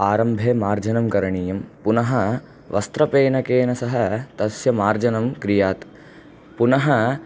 आरम्भे मार्जनं करणीयं पुनः वस्त्रफेनकेन सह तस्य मार्जनं क्रियात् पुनः